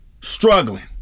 struggling